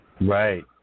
Right